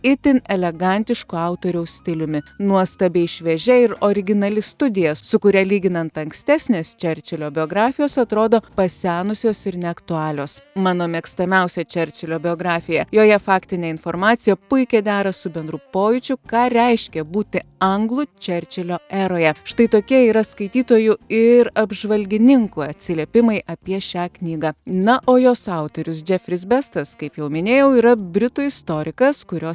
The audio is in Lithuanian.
itin elegantiško autoriaus stiliumi nuostabiai šviežia ir originali studija su kuria lyginant ankstesnės čerčilio biografijos atrodo pasenusios ir neaktualios mano mėgstamiausia čerčilio biografija joje faktinė informacija puikiai dera su bendru pojūčiu ką reiškia būti anglų čerčilio eroje štai tokie yra skaitytojų ir apžvalgininkų atsiliepimai apie šią knygą na o jos autorius džefris bestas kaip jau minėjau yra britų istorikas kurio